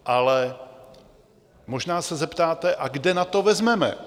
Ale možná se zeptáte: A kde na to vezmeme?